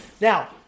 Now